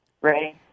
Ready